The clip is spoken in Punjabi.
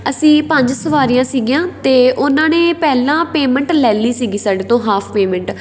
ਅਸੀਂ ਪੰਜ ਸਵਾਰੀਆਂ ਸੀਗੀਆਂ ਅਤੇ ਉਹਨਾਂ ਨੇ ਪਹਿਲਾਂ ਪੇਮੈਂਟ ਲੈ ਲਈ ਸੀਗੀ ਸਾਡੇ ਤੋਂ ਹਾਫ ਪੇਮੈਂਟ